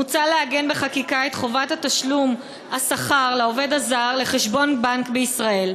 מוצע לעגן בחקיקה את חובת תשלום השכר לעובד הזר לחשבון בנק בישראל.